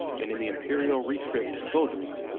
and in the imperial rescript to soldiers,